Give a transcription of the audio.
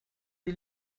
die